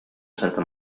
santa